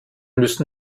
müssen